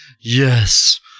Yes